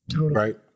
Right